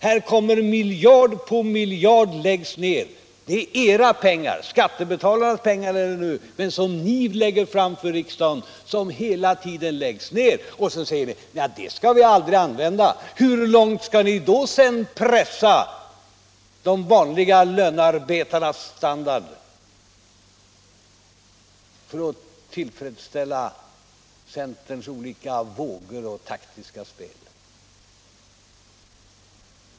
Här läggs miljard på miljard ned av era pengar — skattebetalarnas pengar som ni föreslår riksdagen att anslå — och då säger ni: Det här skall vi aldrig använda. Hur långt skall ni då pressa de vanliga lönearbetarnas standard för att tillfredsställa centerns olika vågor och taktiska utspel?